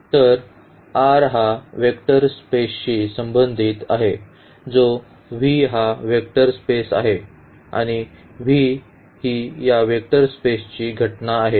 तर R हा vector स्पेसशी संबंधित आहे जो V हा वेक्टर स्पेस आहे आणि V ही या वेक्टर स्पेसची घटना आहे